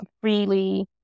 freely